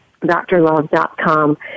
drlove.com